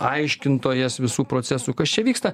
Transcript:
aiškintojas visų procesų kas čia vyksta